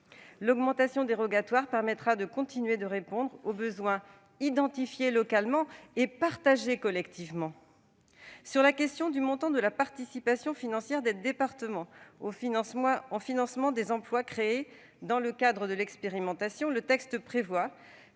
L'augmentation dérogatoire permettra de continuer de répondre aux besoins identifiés localement et partagés collectivement. Le texte prévoit que le montant de la participation financière des départements au financement des emplois créés dans le cadre de l'expérimentation puisse être